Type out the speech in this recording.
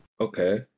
Okay